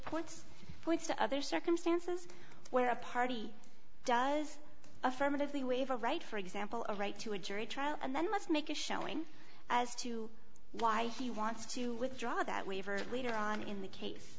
points points to other circumstances where a party does affirmatively waive a right for example a right to a jury trial and then must make a showing as to why he wants to withdraw that waiver later on in the case